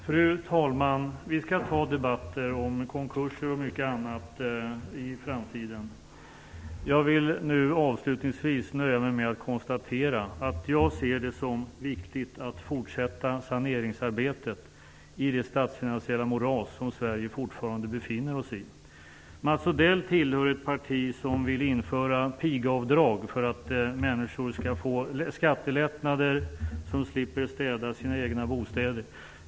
Fru talman! Vi skall ta debatter om konkurser och mycket annat i framtiden. Jag vill nu avslutningsvis nöja mig med att konstatera att jag ser det som viktigt att fortsätta saneringsarbetet i det statsfinansiella moras där Sverige fortfarande befinner sig. Mats Odell tillhör ett parti som vill införa pigavdrag för att människor skall få skattelättnader så att de slipper städa sina egna bostäder.